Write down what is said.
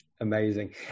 Amazing